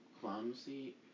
clumsy